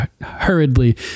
hurriedly